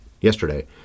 yesterday